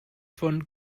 von